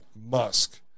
Musk